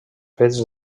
fets